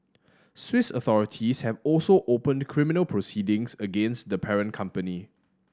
Swiss authorities have also opened criminal proceedings against the parent company